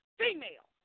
female